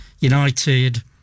United